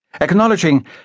acknowledging